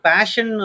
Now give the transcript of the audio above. Passion